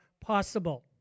possible